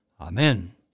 Amen